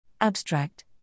Abstract